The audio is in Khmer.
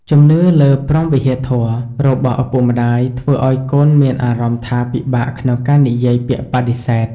ជំនឿលើ "ព្រហ្មវិហារធម៌" របស់ឪពុកម្តាយ ធ្វើឱ្យកូនមានអារម្មណ៍ថាពិបាកក្នុងការនិយាយពាក្យបដិសេធ។